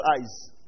eyes